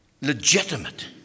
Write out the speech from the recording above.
legitimate